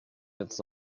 jetzt